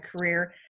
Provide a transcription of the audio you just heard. career